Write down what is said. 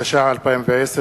התש"ע 2010,